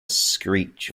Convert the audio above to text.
screech